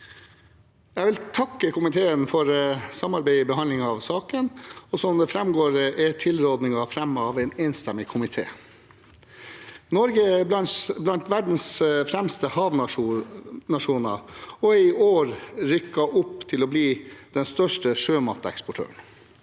Jeg vil takke komiteen for samarbeidet i behandlingen av saken, og som det framgår, er tilrådingen fremmet av en enstemmig komité. Norge er blant verdens fremste havnasjoner og er i år rykket opp til å bli den største sjømateksportøren.